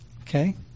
Okay